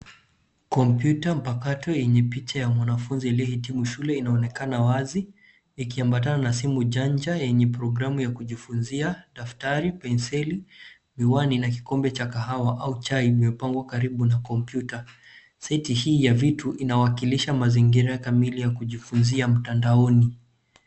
Kompyuta mpakato yenye picha ya mwanafunzi aliyehitimu shule inaonekana wazi ikiambatana na simu janja yenye programu ya kujifunzia, daftari, penseli, miwani na kikombe cha kahawa au chai imepangwa karibu na kompyuta. Seti hii ya vitu inawakilisha mazingira kamili ya kujifunzia mtandaoni.